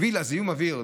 לגבי זיהום האוויר,